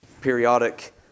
periodic